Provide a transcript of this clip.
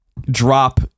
drop